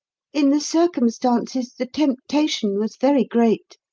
in the circumstances, the temptation was very great.